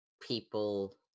people